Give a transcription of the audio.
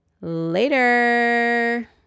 Later